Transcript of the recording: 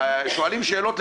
זה מה שהועבר.